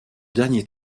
dernier